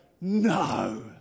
no